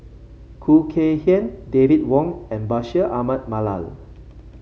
Khoo Kay Hian David Wong and Bashir Ahmad Mallal